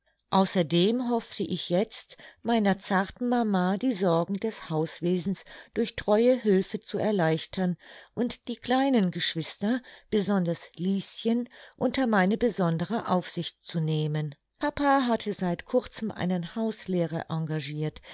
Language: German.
außerdem hoffte ich jetzt meiner zarten mama die sorgen des hauswesens durch treue hülfe zu erleichtern und die kleinen geschwister besonders lieschen unter meine besondere aufsicht zu nehmen papa hatte seit kurzem einen hauslehrer engagirt